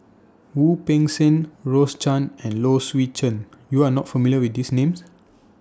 Wu Peng Seng Rose Chan and Low Swee Chen YOU Are not familiar with These Names